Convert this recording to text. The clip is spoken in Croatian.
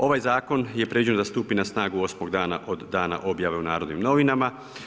Ovaj zakon je predviđeno da stupi na snagu osmog dana od dana objave u Narodnim novinama.